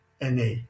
NA